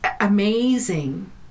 amazing